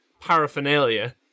Paraphernalia